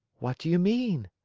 what do you mean?